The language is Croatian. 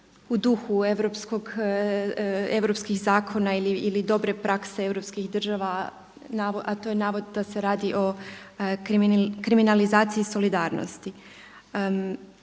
u duhu europskih zakona ili dobre prakse europskih država a to se radi o kriminalizaciji solidarnosti.